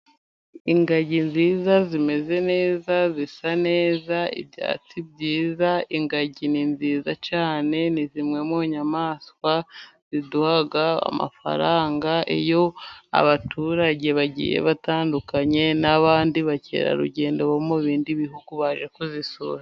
Ingagi nziza zimeze neza zisa neza, ibyatsi byiza ingagi ni nziza cyane ni zimwe mu nyamaswa ziduha amafaranga, iyo abaturage bagiye batandukanye n'abandi bakerarugendo bo mu bindi bihugu baje kuzisura.